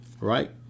right